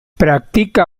practica